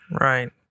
Right